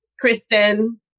Kristen